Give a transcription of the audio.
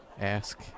ask